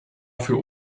für